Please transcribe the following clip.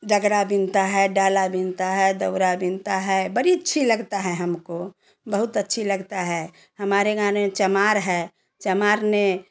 अथी जगरा बिनता है डाला बिनता है दौरा बिनता है बड़ी अच्छी लगता है हमको बहुत अच्छी लगता है हमारे गाँव में चमार है चमार न